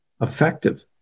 effective